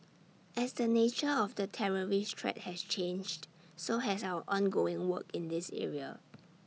as the nature of the terrorist threat has changed so has our ongoing work in this area